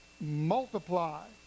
multiply